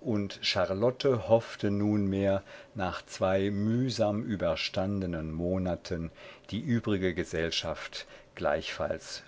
und charlotte hoffte nunmehr nach zwei mühsam überstandenen monaten die übrige gesellschaft gleichfalls